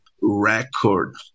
record